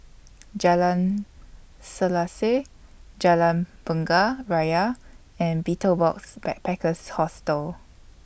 Jalan Selaseh Jalan Bunga Raya and Betel Box Backpackers Hostel